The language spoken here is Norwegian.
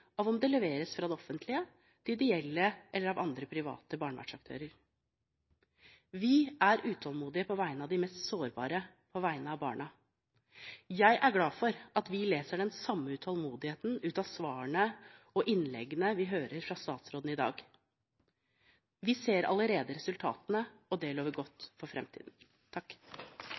av om det leveres av det offentlige, av de ideelle eller av andre private barnevernsaktører. Vi er utålmodige på vegne av de mest sårbare, på vegne av barna. Jeg er glad for at vi leser den samme utålmodigheten ut av svarene og innleggene vi hører fra statsråden i dag. Vi ser allerede resultatene, og det lover godt for